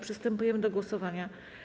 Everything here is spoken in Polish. Przystępujemy do głosowania.